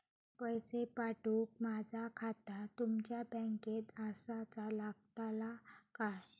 पैसे पाठुक माझा खाता तुमच्या बँकेत आसाचा लागताला काय?